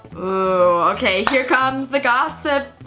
oh, okay here comes the gossip.